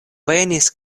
venis